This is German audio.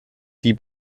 die